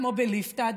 כמו בליפתא,